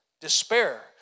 despair